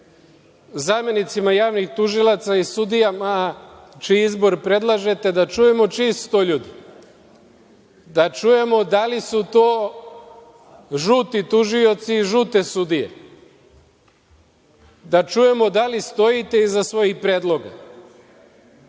zamenicima javnih tužilaca i sudijama čiji izbor predlažete, da čujemo čiji su to ljudi, da čujemo da li su to žuti tužioci i žute sudije, da čujemo da li stojite iza svojih predloga?